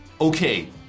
Okay